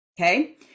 okay